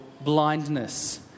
blindness